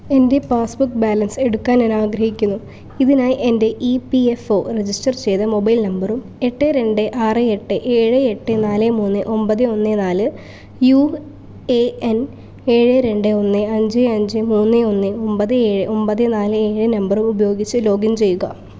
എൻ്റെ passbook balance എടുക്കാൻ ഞാൻ ആഗ്രഹിക്കുന്നു ഇതിനായി എൻ്റെ E P F O register ചെയ്ത മൊബൈൽ നമ്പറും എട്ട് രണ്ട് ആറ് എട്ട് ഏഴ് എട്ട് നാല് മൂന്ന് ഒമ്പത് ഒന്ന് നാല് യു എ എൻ ഏഴ് രണ്ട് ഒന്ന് അഞ്ച് അഞ്ച് മൂന്ന് ഒന്ന് ഒമ്പത് ഏഴ് ഒമ്പത് നാല് ഏഴ് നമ്പറും ഉപയോഗിച്ച് ലോഗിൻ ചെയ്യുക